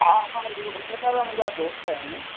हा हा हुते त मुंहिंजा दोस्त आहिनि